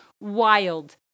wild